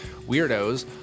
weirdos